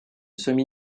semi